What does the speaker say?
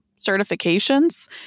certifications